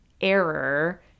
error